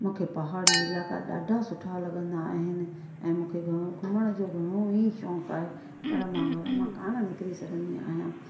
मूंखे पहाड़ी इलाइका ॾाढा सुठा लॻंदा आहिनि ऐं मूंखे घणो घुमण जो घणो ही शौक़ु आहे पर मां घर मां कोनि निकरी सघंदी आहियां